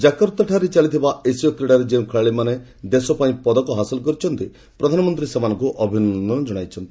କାକର୍ତ୍ତାଠାରେ ଚାଲିଥିବା ଏସୀୟ କ୍ରୀଡ଼ାରେ ଯେଉଁ ଖେଳାଳିମାନେ ଦେଶ ପାଇଁ ପଦକ ହାସଲ କରିଛନ୍ତି ପ୍ରଧାନମନ୍ତ୍ରୀ ସେମାନଙ୍କୁ ଅଭିନନ୍ଦନ ଜଣାଇଛନ୍ତି